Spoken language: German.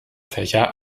fächer